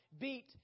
beat